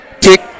tick